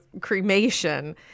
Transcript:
cremation